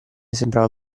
sembrava